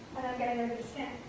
i'm getting under the skin.